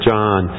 John